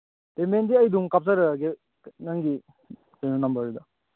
ꯄꯦꯃꯦꯟꯗꯤ ꯑꯩ ꯑꯗꯨꯝ ꯀꯥꯞꯆꯔꯛꯑꯒꯦ ꯅꯪꯒꯤ ꯀꯩꯅꯣ ꯅꯝꯕꯔꯗꯨꯗ